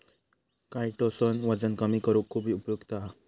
chitosan वजन कमी करुक खुप उपयुक्त हा